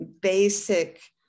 basic